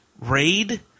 raid